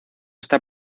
esta